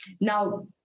Now